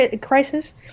crisis